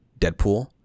Deadpool